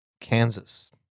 Kansas